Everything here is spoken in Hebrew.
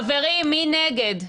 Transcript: חברים, מי נגד?